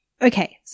Okay